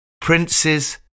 Princes